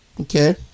Okay